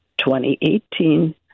2018